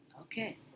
okay